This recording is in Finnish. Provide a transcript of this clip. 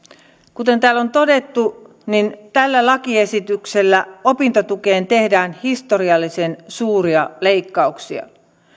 kuten täällä on todettu niin tällä lakiesityksellä opintotukeen tehdään historiallisen suuria leikkauksia